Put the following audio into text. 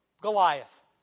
Goliath